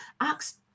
acts